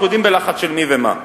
אנחנו יודעים בלחץ של מי ומה.